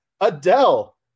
Adele